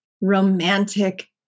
romantic